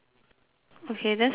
okay then circle the seahorse